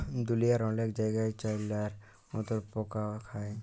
দুঁলিয়ার অলেক জায়গাই চাইলার মতল পকা খায়